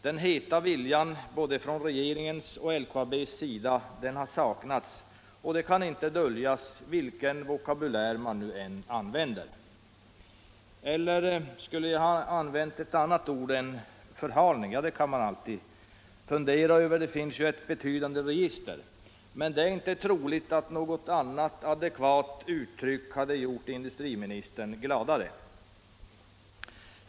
Den heta viljan, från både regeringens och LKAB:s sida, har saknats, och det kan inte döljas vilken vokabulär man nu än använder. Eller skulle jag ha använt ett annat ord än förhalning? Ja, det kan man alltid fundera över. Det finns ju ett betydande register, men det är inte troligt att något annat adekvat uttryck hade gjort industriministern gladare.